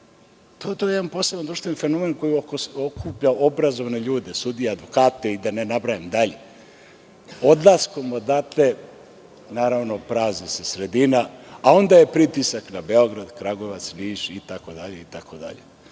to je jedan poseban društveni fenomen koji okuplja obrazovane ljude, sudije, advokate i da ne nabrajam dalje. Odlaskom odatle, naravno, prazni se sredina a onda je pritisak na Beograd, Kragujevac, Niš itd. Dakle,